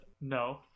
No